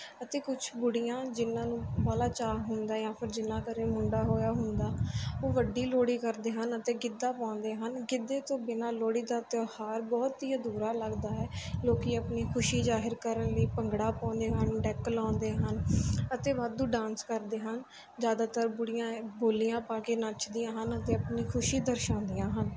ਅਤੇ ਕੁਛ ਬੁੱਢੀਆਂ ਜਿਹਨਾਂ ਨੂੰ ਬਾਹਲਾ ਚਾਅ ਹੁੰਦਾ ਜਾਂ ਫਿਰ ਜਿਹਨਾਂ ਘਰੇ ਮੁੰਡਾ ਹੋਇਆ ਹੁੰਦਾ ਉਹ ਵੱਡੀ ਲੋਹੜੀ ਕਰਦੇ ਹਨ ਅਤੇ ਗਿੱਧਾ ਪਾਉਂਦੇ ਹਨ ਗਿੱਧੇ ਤੋਂ ਬਿਨਾਂ ਲੋਹੜੀ ਦਾ ਤਿਉਹਾਰ ਬਹੁਤ ਹੀ ਅਧੂਰਾ ਲੱਗਦਾ ਹੈ ਲੋਕ ਆਪਣੀ ਖੁਸ਼ੀ ਜ਼ਾਹਿਰ ਕਰਨ ਲਈ ਭੰਗੜਾ ਪਾਉਂਦੇ ਹਨ ਡੈੱਕ ਲਾਉਂਦੇ ਹਨ ਅਤੇ ਵਾਧੂ ਡਾਂਸ ਕਰਦੇ ਹਨ ਜ਼ਿਆਦਾਤਰ ਬੁੱਢੀਆਂ ਬੋਲੀਆਂ ਪਾ ਕੇ ਨੱਚਦੀਆਂ ਹਨ ਅਤੇ ਆਪਣੀ ਖੁਸ਼ੀ ਦਰਸਾਉਂਦੀਆਂ ਹਨ